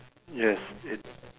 yes it